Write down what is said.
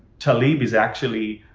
talib is actually,